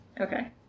Okay